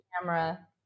camera